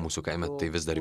mūsų kaime tai vis dar vyksta